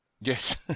yes